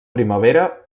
primavera